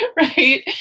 right